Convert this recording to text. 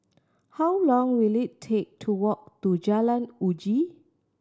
how long will it take to walk to Jalan Uji